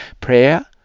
prayer